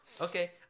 Okay